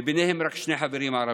ובהם רק שני חברים ערבים.